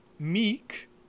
meek